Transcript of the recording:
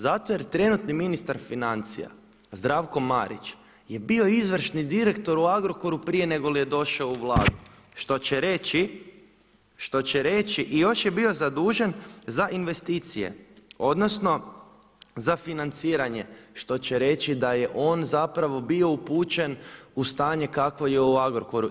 Zato jer trenutni ministar financija Zdravko Marić je bio izvršni direktor u Agrokoru prije negoli je došao u Vladu, što će reći i još je bio zadužen za investicije odnosno za financiranje, što će reći da je on zapravo bio upućen u stanje kakvo je u Agrokoru.